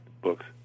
Books